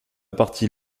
partie